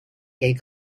gay